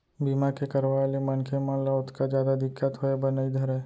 बीमा के करवाय ले मनखे मन ल ओतका जादा दिक्कत होय बर नइ धरय